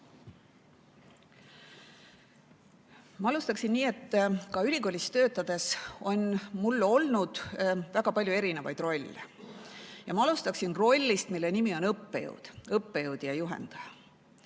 Ma alustan nii, et ka ülikoolis töötades on mul olnud väga palju erinevaid rolle. Ma alustan rollist, mille nimi on õppejõud – õppejõud ja